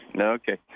Okay